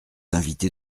inviter